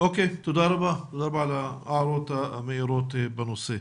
תודה רבה על הערות המאירות בנושא.